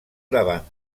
davant